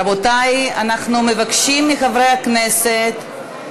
רבותי, אנחנו מבקשים מחברי הכנסת,